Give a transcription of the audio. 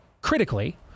critically